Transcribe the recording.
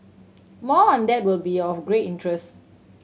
more on that would be of great interest